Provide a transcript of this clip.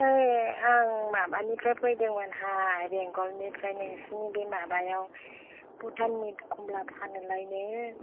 ओइ आं माबानिफ्राय फैदोंमोनहाय बेंगलनिफ्राय नोंसिनि बे माबायाव भुटाननि कमला फानोलायनो